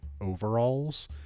overalls